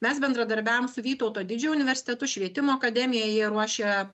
mes bendradarbiavom su vytauto didžiojo universitetu švietimo akademija jie ruošia